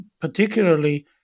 particularly